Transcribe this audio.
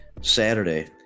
Saturday